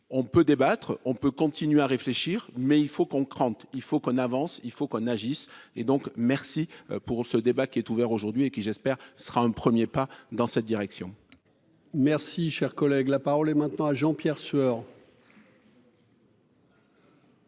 on peut débattre, on peut continuer à réfléchir, mais il faut qu'on compte, il faut qu'on avance, il faut qu'on agisse et donc merci pour ce débat qui est ouvert aujourd'hui et qui j'espère sera un 1er pas dans cette direction. Merci, cher collègue, la parole est maintenant à Jean-Pierre Sueur.